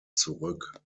zurück